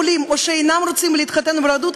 יכולים או שאינם רוצים להתחתן ברבנות,